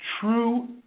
true